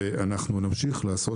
אנחנו נמשיך לעשות,